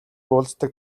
уулздаг